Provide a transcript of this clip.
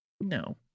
No